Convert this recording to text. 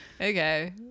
okay